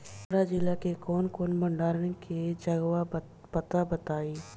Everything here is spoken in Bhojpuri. हमरा जिला मे कवन कवन भंडारन के जगहबा पता बताईं?